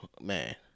man